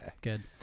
Good